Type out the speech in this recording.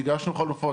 הגשנו חלופות,